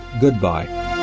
goodbye